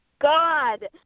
God